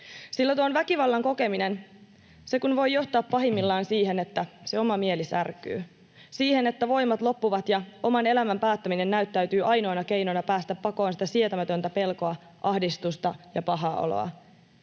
sillä tuon väkivallan kokeminen voi johtaa pahimmillaan siihen, että se oma mieli särkyy, siihen, että voimat loppuvat ja oman elämän päättäminen näyttäytyy ainoana keinona päästä pakoon sitä sietämätöntä pelkoa, ahdistusta ja pahaa oloa.